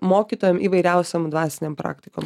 mokytojam įvairiausiom dvasinėm praktikom